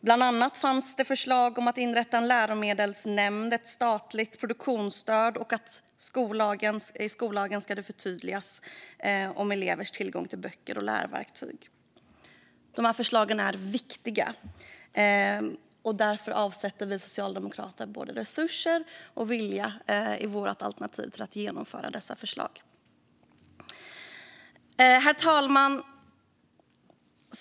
Bland förslagen fanns inrättandet av en läromedelsnämnd och ett statligt produktionsstöd, liksom att skollagen ska förtydligas när det gäller elevers tillgång till böcker och lärverktyg. Dessa förslag är viktiga. Därför avsätter vi socialdemokrater både resurser och vilja i vårt alternativ för att genomföra dessa förslag. Herr talman!